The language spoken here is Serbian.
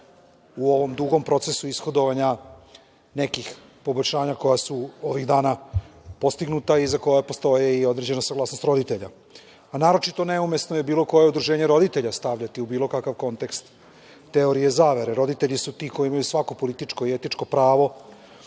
u ovom dugom procesu ishodovanja nekih poboljšanja koja su ovih dana postignuta i za koja postoje i određena saglasnost roditelja, a naročito neumesno je bilo koje udruženje roditelja stavljati u bilo kakav kontekst teorije zavere. Roditelji su ti koji imaju svako političko i etičko pravo